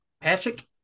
Patrick